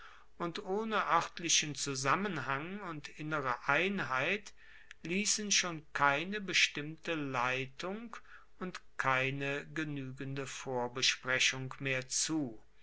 und ohne oertlichen zusammenhang und innere einheit liessen schon keine bestimmte leitung und keine genuegende vorbesprechung mehr zu